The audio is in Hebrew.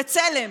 בצלם.